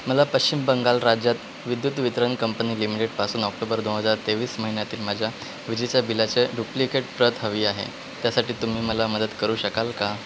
मला पश्चिम बंगाल राज्यात विद्युत वितरण कंपनी लिमिटेडपासून ऑक्टोबर दोन हजार तेवीस महिन्यातील माझ्या विजेच्या बिलाचे डुप्लिकेट प्रत हवी आहे त्यासाठी तुम्ही मला मदत करू शकाल का